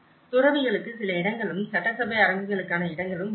துறவிகளுக்கு சில இடங்களும் சட்டசபை அரங்குகளுக்கான இடங்களும் உள்ளன